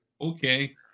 Okay